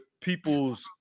people's